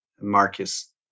Marcus